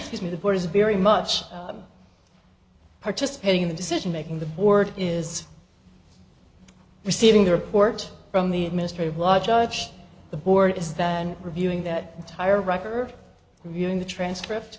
with me the board is very much participating in the decision making the board is receiving the report from the administrative law judge the board is than reviewing that entire record reviewing the transcript